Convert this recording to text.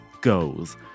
goes